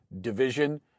division